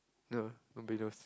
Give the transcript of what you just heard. no don't be those